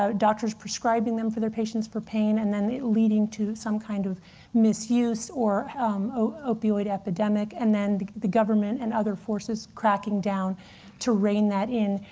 um doctors prescribing them for their patients for pain, and then it leading to some kind of misuse or opioid epidemic. and then the government and other forces cracking down to rein that in.